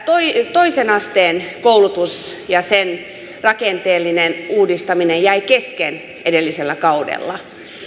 toisen asteen koulutus ja sen rakenteellinen uudistaminen jäi kesken edellisellä kaudella